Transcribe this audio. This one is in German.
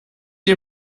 ihr